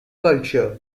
culture